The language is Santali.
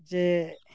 ᱡᱮ